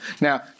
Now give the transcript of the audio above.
Now